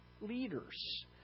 leaders